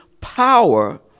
power